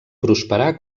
prosperar